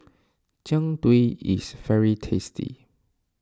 Jian Dui is very tasty